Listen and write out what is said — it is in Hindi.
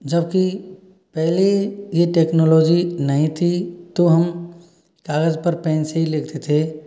जबकि पहले ये टेक्नोलॉजी नहीं थी तो हम कागज पर पेन से ही लिखते थे